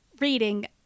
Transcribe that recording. reading